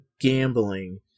gambling